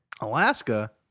Alaska